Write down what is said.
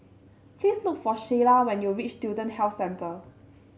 please look for Sheilah when you reach Student Health Centre